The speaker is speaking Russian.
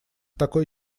такой